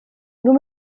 nur